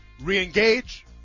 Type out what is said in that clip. re-engage